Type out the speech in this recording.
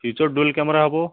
feature dual camera ହବ